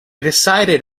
decided